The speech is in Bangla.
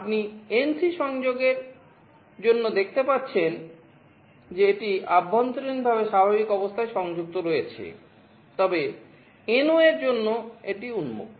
আপনি NC সংযোগের জন্য দেখতে পাচ্ছেন যে এটি অভ্যন্তরীণভাবে স্বাভাবিক অবস্থায় সংযুক্ত রয়েছে তবে NO এর জন্য এটি উন্মুক্ত